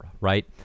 right